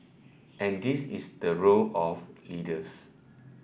and this is the role of leaders